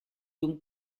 donc